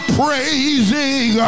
praising